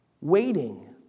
waiting